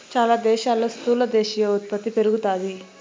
చాలా దేశాల్లో స్థూల దేశీయ ఉత్పత్తి పెరుగుతాది